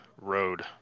road